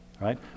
right